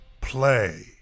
play